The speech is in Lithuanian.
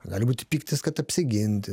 gali būti pyktis kad apsiginti